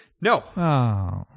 No